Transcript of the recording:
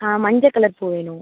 ஆம் மஞ்ச கலர் பூ வேணும்